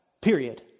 period